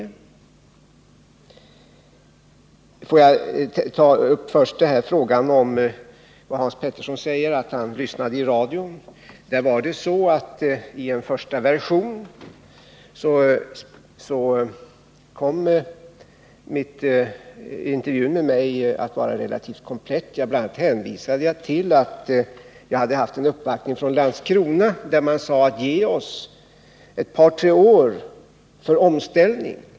Får jag till att börja med ta upp vad Hans Petersson i Röstånga säger att han lyssnade till i radion. I en första version kom intervjun med mig att vara relativt komplett. Bl. a. hänvisade jag till att jag hade haft en uppvaktning från Landskrona vid vilken man sade: Ge oss ett par tre år för omställning!